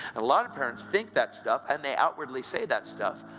a lot of parents think that stuff, and they outwardly say that stuff.